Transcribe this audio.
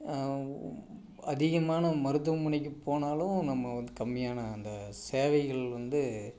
அதிகமான மருத்துவமனைக்கு போனாலும் நம்ம வந்து கம்மியான அந்த சேவைகள் வந்து